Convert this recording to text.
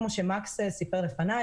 כמו שמקס סיפר לפני,